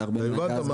והרבה --- הבנת?